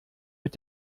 mit